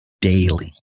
daily